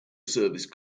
service